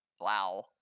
wow